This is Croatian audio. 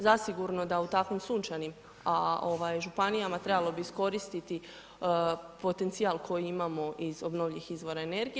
Zasigurno da u takvim sunčanim, a ovaj županijama trebalo bi iskoristiti potencijal koji imamo iz obnovljivih izvora energije.